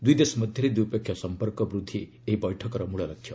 ଦୁଇ ଦେଶ ମଧ୍ୟରେ ଦ୍ୱିପକ୍ଷିୟ ସମ୍ପର୍କ ବୃଦ୍ଧି ଏହି ବୈଠକର ମୂଳ ଲକ୍ଷ୍ୟ